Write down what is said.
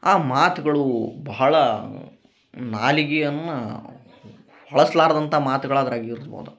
ಆ ಮಾತುಗಳು ಬಹಳ ನಾಲಿಗೆಯನ್ನ ಹೊಳಸ್ಲಾರದಂಥಾ ಮಾತಗಳು ಅದ್ರಾಗ ಇರ್ಬೋದು